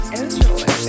Enjoy